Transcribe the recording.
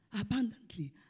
abundantly